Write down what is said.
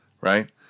right